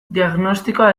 diagnostikoa